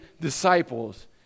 disciples